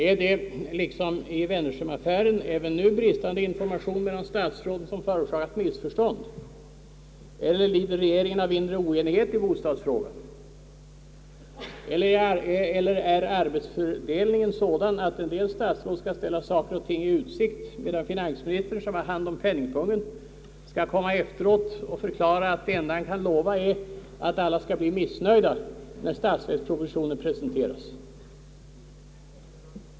är det — liksom i Wennerströmaffären även nu bristande information mellan statsråden som förorsakat missförstånd, eller lider regeringen av inre oenighet i bostadsfrågan, eller är arbetsfördelningen sådan att en del statsråd skall ställa saker och ting i utsikt, medan finansministern, som har hand om penningpungen, skall komma efteråt och förklara att det enda han kan lova är att alla skall bli missnöjda när statsverkspropositionen presenteras?